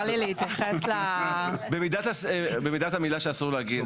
במידת המילה שאסור להגיד.